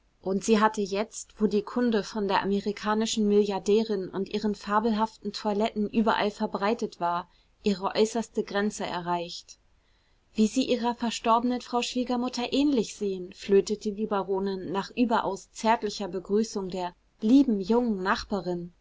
und sie hatte jetzt wo die kunde von der amerikanischen milliardärin und ihren fabelhaften toiletten überall verbreitet war ihre äußerste grenze erreicht wie sie ihrer verstorbenen frau schwiegermutter ähnlich sehen flötete die baronin nach überaus zärtlicher begrüßung der lieben jungen nachbarin